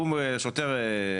שוטר,